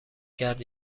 کرد